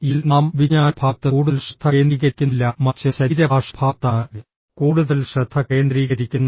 യിൽ നാം വിജ്ഞാനഭാഗത്ത് കൂടുതൽ ശ്രദ്ധ കേന്ദ്രീകരിക്കുന്നില്ല മറിച്ച് ശരീരഭാഷ ഭാഗത്താണ് കൂടുതൽ ശ്രദ്ധ കേന്ദ്രീകരിക്കുന്നത്